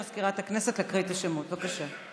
מזכירת הכנסת תקריא את השמות, בבקשה.